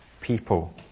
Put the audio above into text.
people